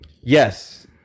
Yes